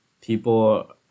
people